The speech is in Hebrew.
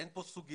אין פה סוגיה,